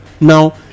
Now